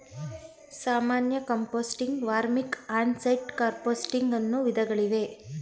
ಸಾಮಾನ್ಯ composting, vermic, on site composting ಅನ್ನೂ ವಿಧಗಳಿವೆ